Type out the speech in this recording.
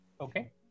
Okay